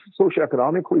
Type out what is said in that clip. socioeconomically